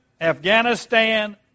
Afghanistan